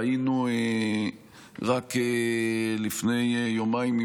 ראינו רק לפני יומיים,